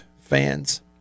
fans